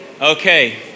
Okay